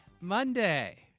Monday